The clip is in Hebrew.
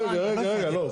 רגע, רגע, לא.